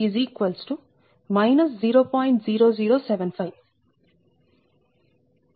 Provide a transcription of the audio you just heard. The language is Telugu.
0075